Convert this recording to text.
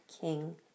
King